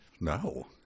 no